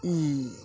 ಈ